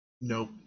Nope